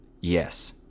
yes